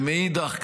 ומאידך,